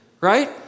Right